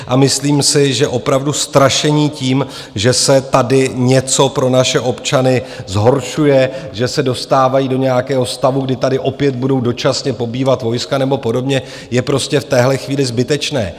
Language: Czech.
A myslím si, že opravdu strašení tím, že se tady něco pro naše občany zhoršuje, že se dostávají do nějakého stavu, kdy tady opět budou dočasně pobývat vojska nebo podobně, je prostě v téhle chvíli zbytečné.